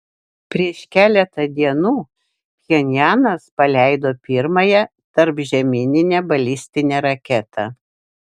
prieš keletą dienų pchenjanas paleido pirmąją tarpžemyninę balistinę raketą